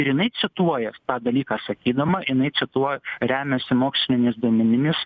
ir jinai cituoja šitą dalyką sakydama jinai cituo remiasi moksliniais duomenimis